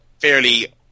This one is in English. fairly